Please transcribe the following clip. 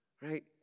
Right